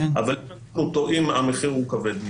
אבל אם אנחנו טועים המחיר הוא כבד מדי.